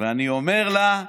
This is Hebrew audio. ואני אומר לה,